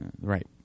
right